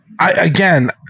again